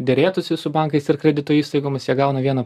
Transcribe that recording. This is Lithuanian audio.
derėtųsi su bankais ir kredito įstaigomis jie gauna vieną